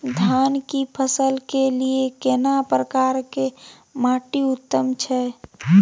धान की फसल के लिये केना प्रकार के माटी उत्तम छै?